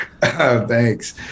Thanks